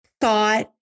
thought